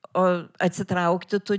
o atsitraukti tu